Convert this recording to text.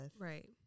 Right